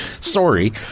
Sorry